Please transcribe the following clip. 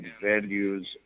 values